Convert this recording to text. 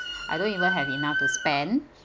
I don't even have enough to spend